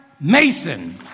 Mason